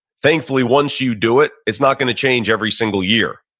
thankfully once you do it, it's not going to change every single year.